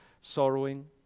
sorrowing